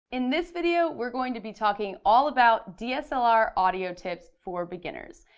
in this video, we're going to be talking all about dslr audio tips for beginners.